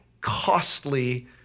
costly